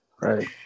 Right